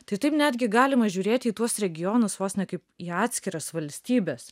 tai taip netgi galima žiūrėti į tuos regionus vos ne kaip į atskiras valstybes